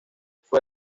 fue